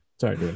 Sorry